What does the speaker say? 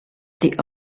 the